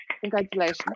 congratulations